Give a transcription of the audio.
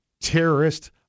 terrorist